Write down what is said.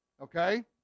Okay